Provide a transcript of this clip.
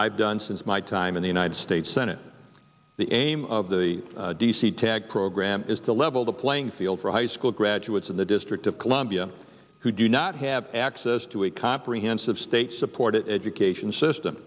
i've done since my time in the united states senate the aim of the d c tag program is to level the playing field for high school graduates in the district of columbia who do not have access to a comprehensive state supported education system